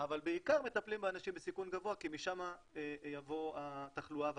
אבל בעיקר מטפלים באנשים בסיכון גבוה כי משם תבוא התחלואה והתמותה.